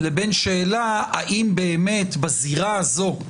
לבין שאלה האם באמת בזירה הזו,